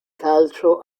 calcio